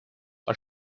are